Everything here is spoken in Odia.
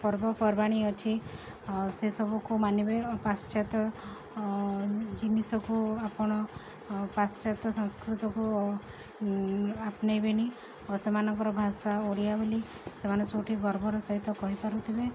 ପର୍ବପର୍ବାଣୀ ଅଛି ସେସବୁକୁ ମାନିବେ ପାଶ୍ଚାତ୍ୟ ଜିନିଷକୁ ଆପଣ ପାଶ୍ଚାତ୍ୟ ସଂସ୍କୃତିକୁ ଆପଣେଇବେନି ଓ ସେମାନଙ୍କର ଭାଷା ଓଡ଼ିଆ ବୋଲି ସେମାନେ ସବୁଠି ଗର୍ବର ସହିତ କହିପାରୁଥିବେ